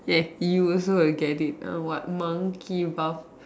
yes you also will get it like what monkey buff